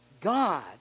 God